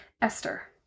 Esther